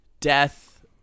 death